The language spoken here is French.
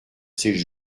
ses